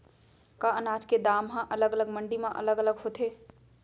का अनाज के दाम हा अलग अलग मंडी म अलग अलग होथे?